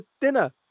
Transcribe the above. dinner